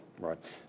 Right